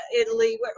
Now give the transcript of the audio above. italy